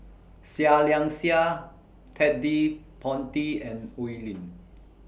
Seah Liang Seah Ted De Ponti and Oi Lin